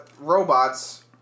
robots